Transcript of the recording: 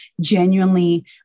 genuinely